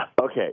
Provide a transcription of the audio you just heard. Okay